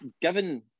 given